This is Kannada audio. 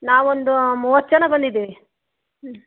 ನಾವೊಂದು ಮೂವತ್ತು ಜನ ಬಂದಿದ್ದೀವಿ ಹ್ಞೂ